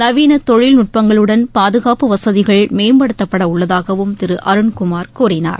நவீன தொழில்நுட்பங்களுடன் பாதுகாப்பு வசதிகள் மேம்படுத்தப்படவுள்ளதாகவும் திரு அருண்குமார் கூறினார்